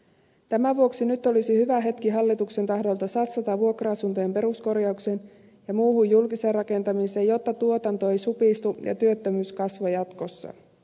tämän vuoksi nyt olisi hyvä hetki hallituksen taholta satsata vuokra asuntojen peruskorjaukseen ja muuhun julkiseen rakentamiseen jotta tuotanto ei supistu eikä työttömyys kasva jatkossa